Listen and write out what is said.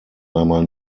einmal